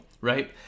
right